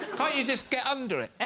ah you just get under it